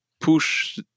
push